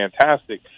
fantastic